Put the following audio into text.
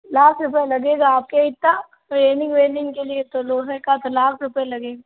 लाख रुपया लगेगा आपके इतना फेरेमिंग वेरेमिंग के लिए तो लोहे का तो लाख रुपये लगे